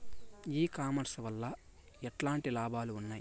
E commerce వల్ల ఎట్లాంటి లాభాలు ఉన్నాయి?